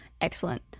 excellent